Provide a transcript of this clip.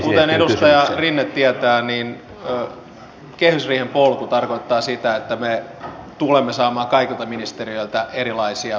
kuten edustaja rinne tietää niin kehysriihen polku tarkoittaa sitä että me tulemme saamaan kaikilta ministeriöiltä erilaisia lisäyksiä